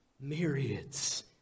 Myriads